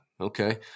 Okay